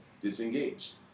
disengaged